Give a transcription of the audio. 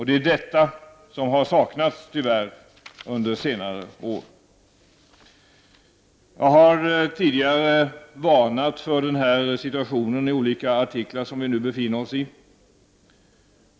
Det är detta som tyvärr har saknats under senare år. Jag har tidigare i olika artiklar varnat för den situation som vi nu befinner oss i.